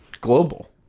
global